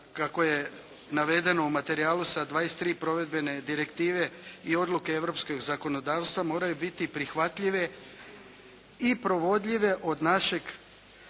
kako je navedeno u materijalu sa 23 provedbene direktive i odluke europskog zakonodavstva moraju biti prihvatljive i provodljive od našeg